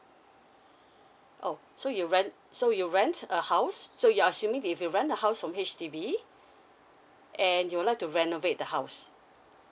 oh so you rent so you rent a house so you are assuming if you rent a house from H_D_B and you would like to renovate the house